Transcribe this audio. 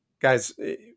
Guys